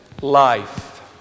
Life